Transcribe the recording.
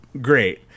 great